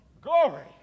glory